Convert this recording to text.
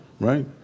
right